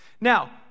Now